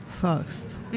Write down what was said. first